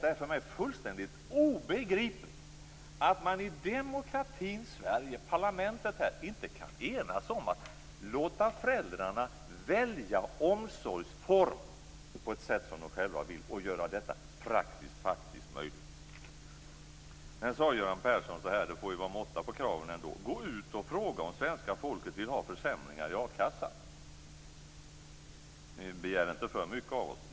Det är för mig fullständigt obegripligt att man i demokratins Sverige, här i parlamentet, inte kan enas om att låta föräldrarna välja den omsorgsform som de själva vill ha och göra den praktiskt och faktiskt möjlig. Men det får ju ändå vara måtta på kraven. Göran Persson sade så här: Gå ut och fråga om svenska folket vill ha försämringar i a-kassan! Begär inte för mycket av oss!